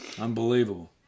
Unbelievable